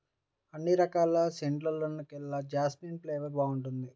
అన్ని రకాల సెంటుల్లోకెల్లా జాస్మిన్ ఫ్లేవర్ బాగుంటుంది